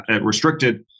restricted